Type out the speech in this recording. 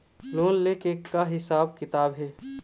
Loan ले के का हिसाब किताब हे?